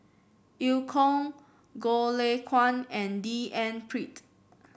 Eu Kong Goh Lay Kuan and D N Pritt